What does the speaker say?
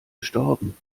gestorben